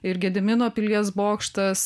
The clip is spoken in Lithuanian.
ir gedimino pilies bokštas